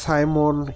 Simon